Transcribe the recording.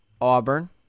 Auburn